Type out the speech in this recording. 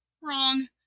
wrong